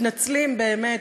מתנצלים באמת,